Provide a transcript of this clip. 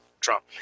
Trump